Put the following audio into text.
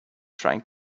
trying